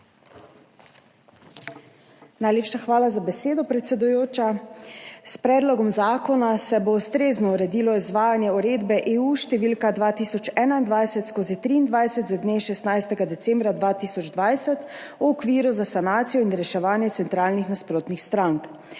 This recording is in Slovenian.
Najlepša hvala za besedo, predsedujoča. S predlogom zakona se bo ustrezno uredilo izvajanje uredbe EU številka 2021/23 z dne 16. decembra 2020 v okviru za sanacijo in reševanje centralnih nasprotnih strank.